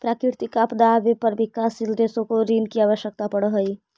प्राकृतिक आपदा आवे पर विकासशील देशों को ऋण की आवश्यकता पड़अ हई